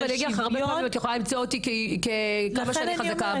ועם כמה שאני חזקה,